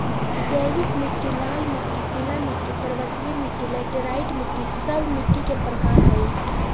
जैविक मिट्टी, लाल मिट्टी, पीला मिट्टी, पर्वतीय मिट्टी, लैटेराइट मिट्टी, सब मिट्टी के प्रकार हइ